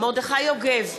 מרדכי יוגב,